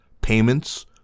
payments